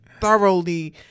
thoroughly